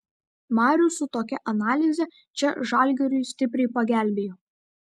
marius su tokia analize čia žalgiriui stipriai pagelbėjo